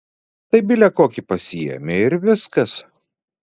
tai bile kokį pasiėmė ir viskas